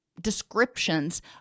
descriptions